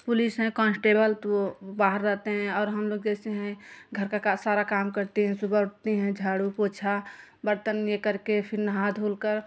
police हैं constable तो वह बाहर रहते हैं और हम लोग जैसे हैं घर का का सारा काम करते हैं सुबह उठते हैं झाड़ू पोछा बर्तन ने करके फिर नहा धुलकर